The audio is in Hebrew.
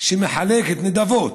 שמחלקת נדבות.